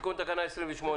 התקנה אושרה.